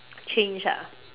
change ah